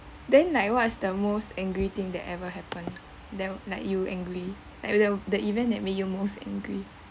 then like what is the most angry thing that ever happened there'll like you angry like will the event that make you most angry